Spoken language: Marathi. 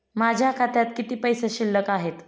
माझ्या खात्यात किती पैसे शिल्लक आहेत?